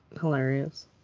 hilarious